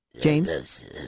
James